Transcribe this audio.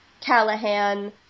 Callahan